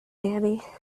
annie